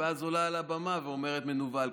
ואז עולה על הבמה ואומרת מנוול.